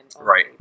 Right